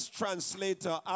translator